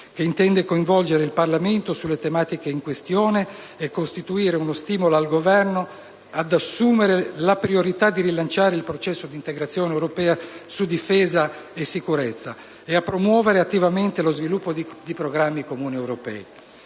che intende coinvolgere il Parlamento sulle tematiche in questione e costituire uno stimolo al Governo ad assumere la priorità di rilanciare il processo di integrazione europea su difesa e sicurezza e a promuovere attivamente lo sviluppo di programmi comuni europei.